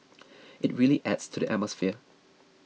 it really adds to the atmosphere